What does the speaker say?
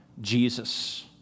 Jesus